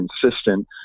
consistent